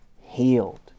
healed